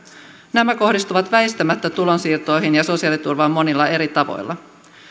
nämä kohdistuvat väistämättä tulonsiirtoihin ja sosiaaliturvaan monilla eri tavoilla